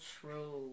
true